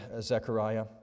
Zechariah